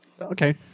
Okay